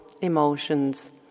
emotions